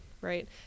right